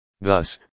Thus